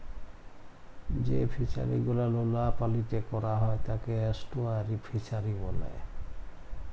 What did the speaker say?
যেই ফিশারি গুলো লোলা পালিতে ক্যরা হ্যয় তাকে এস্টুয়ারই ফিসারী ব্যলে